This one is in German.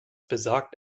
besagt